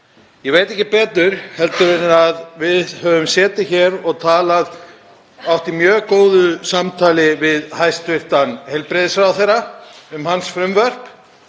Ég veit ekki betur en að við höfum setið hér og átt í mjög góðu samtali við hæstv. heilbrigðisráðherra um hans frumvörp.